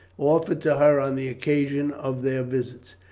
offered to her on the occasion of their visits.